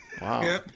Wow